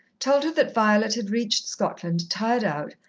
told her that violet had reached scotland tired out,